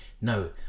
No